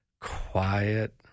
quiet